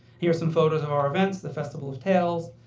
here are some photos of our events, the festivals of tales.